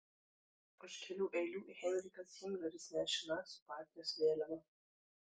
už kelių eilių heinrichas himleris nešė nacių partijos vėliavą